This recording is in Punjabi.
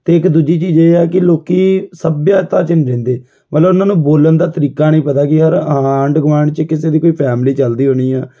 ਅਤੇ ਇੱਕ ਦੂਜੀ ਚੀਜ਼ ਇਹ ਆ ਕਿ ਲੋਕ ਸੱਭਿਅਤਾ 'ਚ ਨਹੀਂ ਰਹਿੰਦੇ ਮਤਲਬ ਉਹਨਾਂ ਨੂੰ ਬੋਲਣ ਦਾ ਤਰੀਕਾ ਨਹੀਂ ਪਤਾ ਕਿ ਯਾਰ ਆਂਢ ਗੁਆਂਢ 'ਚ ਕਿਸੇ ਦੀ ਕੋਈ ਫੈਮਲੀ ਚਲਦੀ ਹੋਣੀ ਆ